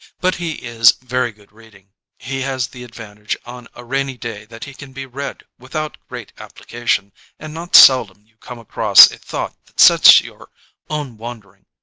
but he is very good reading he has the advantage on a rainy day that he can be read without great application and not seldom you come across a thought that sets your own wan dering.